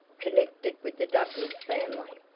connected with the douglass family.